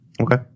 Okay